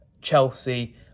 Chelsea